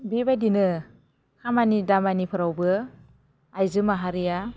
बेबायदिनो खामानि दामानिफोरावबो आइजो माहारिया